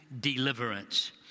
deliverance